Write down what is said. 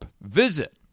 Visit